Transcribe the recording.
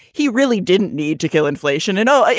he really didn't need to kill inflation and all,